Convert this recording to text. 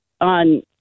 on